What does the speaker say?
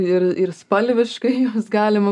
ir ir spalviškai galima